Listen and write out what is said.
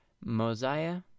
Mosiah